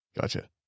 Gotcha